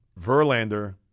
Verlander